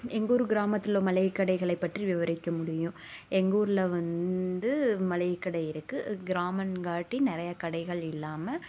எங்கூர் கிராமத்தில் மளிகை கடைகளை பற்றி விவரிக்கும் முடியும் எங்கூரில் வந்து மளிகை கடை இருக்குது கிராமம்காட்டி நிறைய கடைகள் இல்லாமல்